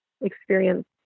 experience